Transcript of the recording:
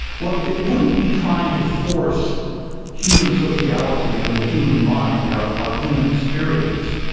well it wouldn't be trying to force human sociality and the human mind, our our human experience,